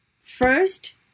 First